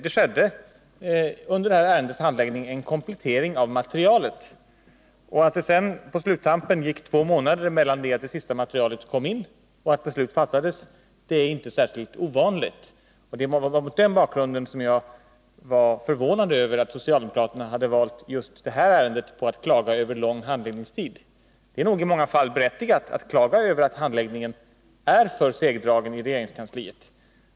Det skedde under detta ärendes handläggning en komplettering av materialet. Att det sedan på sluttampen gick två månader mellan det att det sista materialet kom in och 131 det att beslut fattades är inte särskilt ovanligt. Det var mot den bakgrunden som jag var förvånad över att socialdemokraterna hade valt just detta ärende för att klaga över lång handläggningstid. Det är nog i många fall berättigat att klaga över att handläggningen är för segdragen i regeringskansliet.